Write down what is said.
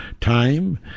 time